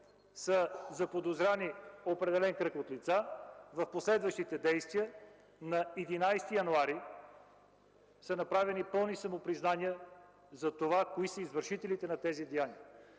са заподозрени определен кръг от лица и тези момчета. В последващите действия на 11 януари са направени пълни самопризнания и за това кои са извършителите на тези деяния.